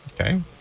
Okay